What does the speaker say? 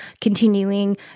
continuing